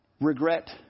Regret